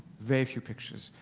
very few pictures.